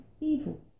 evil